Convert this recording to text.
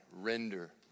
render